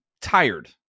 tired